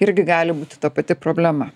irgi gali būti ta pati problema